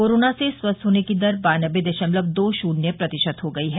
corona से स्वस्थ होने की दर बान्नबे दशमलव दो शून्य प्रतिशत हो गई है